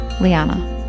Liana